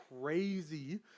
crazy